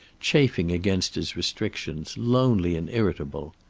chafing against his restrictions, lonely and irritable.